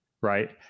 right